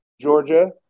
Georgia